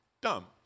dumb